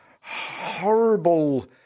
horrible